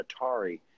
Atari